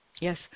Yes